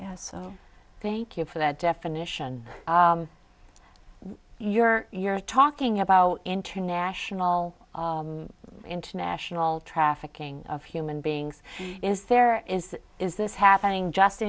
yes thank you for that definition you're you're talking about international international trafficking of human beings is there is this happening just